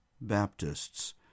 Baptists